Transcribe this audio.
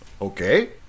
okay